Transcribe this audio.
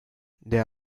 there